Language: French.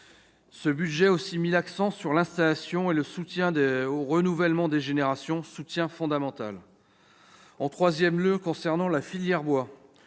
de budget met aussi l'accent sur l'installation et le soutien au renouvellement des générations, un soutien fondamental. Enfin, concernant la filière bois,